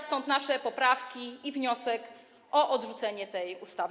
Stąd nasze poprawki i wniosek o odrzucenie tej ustawy.